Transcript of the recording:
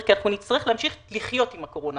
כי אנחנו נצטרך להמשיך לחיות עם הקורונה,